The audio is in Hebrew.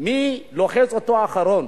מי לוחץ אותו אחרון.